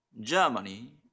Germany